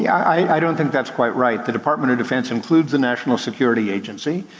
yeah i don't think that's quite right. the department of defense includes the national security agency,